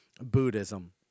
Buddhism